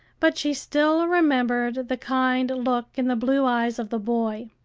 but she still remembered the kind look in the blue eyes of the boy.